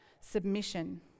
Submission